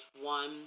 one